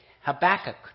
Habakkuk